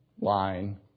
line